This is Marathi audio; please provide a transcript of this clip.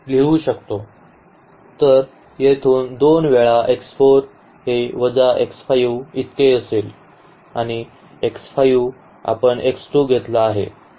तर येथून 2 वेळा x 4 हे वजा x 5 इतके असेल आणि x 5 आपण x2 घेतला आहे